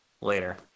later